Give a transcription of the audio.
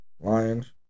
Lions